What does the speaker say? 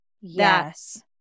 Yes